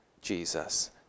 Jesus